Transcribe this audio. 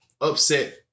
upset